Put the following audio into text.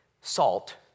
salt